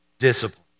discipline